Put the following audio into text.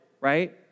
right